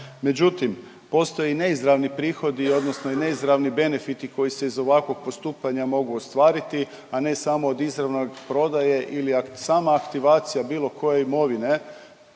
međutim postoje i neizravni prihodi odnosno neizravni benefiti koji se iz ovakvog postupanja mogu ostvariti, a ne samo od izravne prodaje ili sama aktivacija bilo koje imovine